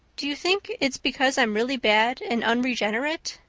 do you think it's because i'm really bad and unregenerate?